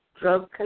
Drug